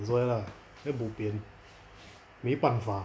that's why lah then bo pian 没办法